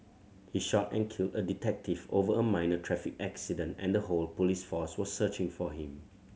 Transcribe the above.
he shot and killed a detective over a minor traffic accident and the whole police force was searching for him